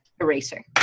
eraser